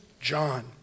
John